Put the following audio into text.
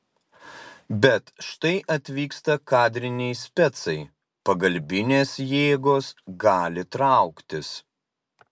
bet štai atvyksta kadriniai specai pagalbinės jėgos gali trauktis